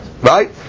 Right